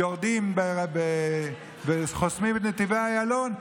יורדים וחוסמים את נתיבי איילון,